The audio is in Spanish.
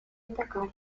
atacar